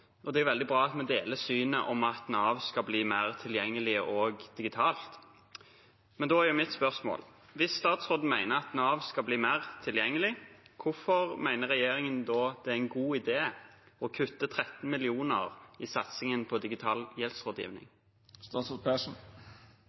Det er veldig bra at vi deler synet på at Nav skal bli mer tilgjengelig også digitalt. Men da er mitt spørsmål: Hvis statsråden mener at Nav skal bli mer tilgjengelig, hvorfor mener regjeringen det er en god idé å kutte 13 mill. kr i satsingen på digital